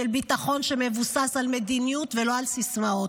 של ביטחון שמבוסס על מדיניות ולא על סיסמאות,